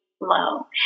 low